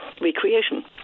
recreation